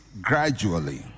gradually